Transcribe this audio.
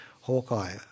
Hawkeye